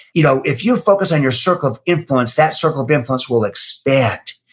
you know if you focus on your circle of influence, that circle of influence will expand,